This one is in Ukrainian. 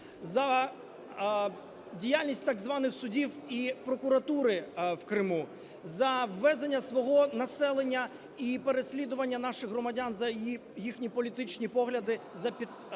за діяльність так званих судів і прокуратури в Криму, за ввезення свого населення і переслідування наших громадян за їхні політичні погляди, за підтримання